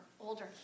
older